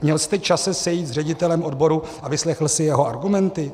Měl jste čas se sejít s ředitelem odboru a vyslechl jste si jeho argumenty?